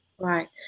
Right